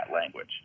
language